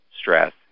stress